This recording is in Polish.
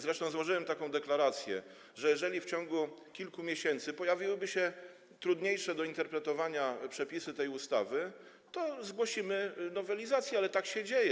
Zresztą złożyłem taką deklarację, że jeżeli w ciągu kilku miesięcy pojawią się trudniejsze do interpretowania przepisy tej ustawy, to zgłosimy nowelizację, ale tak to się dzieje.